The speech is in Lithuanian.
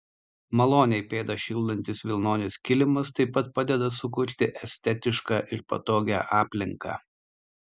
maloniai pėdas šildantis vilnonis kilimas taip pat padeda sukurti estetišką ir patogią aplinką